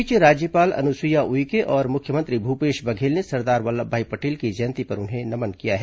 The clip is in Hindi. इस बीच राज्यपाल अनुसुईया उइके और मुख्यमंत्री भूपेश बघेल ने सरदार वल्लभभाई पटेल की जयंती पर उन्हें नमन किया है